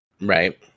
Right